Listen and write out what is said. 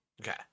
Okay